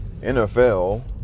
NFL